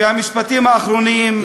והמשפטים האחרונים,